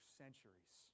centuries